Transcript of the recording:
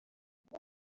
یکم